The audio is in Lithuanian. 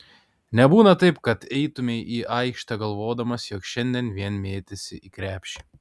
nebūna taip kad eitumei į aikštę galvodamas jog šiandien vien mėtysi į krepšį